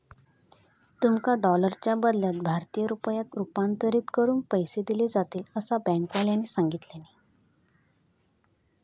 तुमका डॉलरच्या बदल्यात भारतीय रुपयांत रूपांतरीत करून पैसे दिले जातील, असा बँकेवाल्यानी सांगितल्यानी